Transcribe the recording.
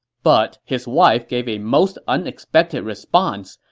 but his wife gave a most unexpected response.